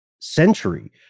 century